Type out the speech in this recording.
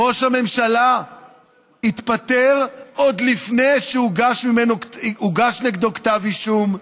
ראש הממשלה התפטר עוד לפני שהוגש נגדו כתב אישום,